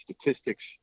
statistics